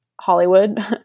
Hollywood